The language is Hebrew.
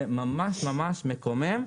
זה ממש ממש מקומם.